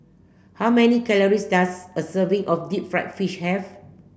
how many calories does a serving of deep fried fish have